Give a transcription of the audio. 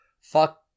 fuck